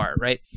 right